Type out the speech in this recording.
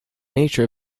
nature